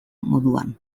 moduan